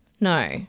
No